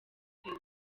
iteye